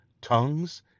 tongues